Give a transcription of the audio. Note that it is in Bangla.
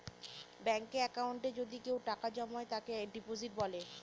ব্যাঙ্কে একাউন্টে যদি কেউ টাকা জমায় তাকে ডিপোজিট বলে